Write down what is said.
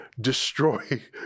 Destroy